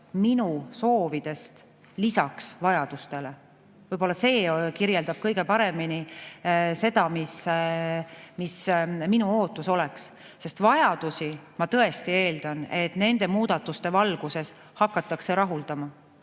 minu soovidest, lisaks vajadustele. Võib-olla see kirjeldabki kõige paremini minu ootusi, sest vajadusi, ma tõesti eeldan, nende muudatuste valguses hakatakse rahuldama.